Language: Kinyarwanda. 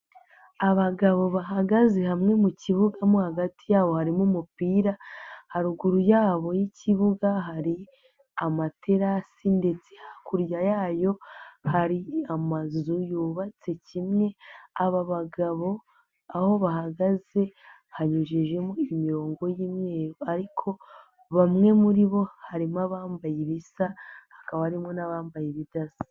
Abagabo bahagaze hamwe mu kibuga mo hagati yabo harimo umupira, haruguru yabo y'ikibuga hari amaterasi ndetse hakurya yayo hari amazu yubatse kimwe, aba bagabo aho bahagaze hanyujijemo imirongo y'imyeru ariko bamwe muri bo harimo abambaye ibisa hakaba harimo n'abambaye ibidasa.